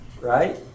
right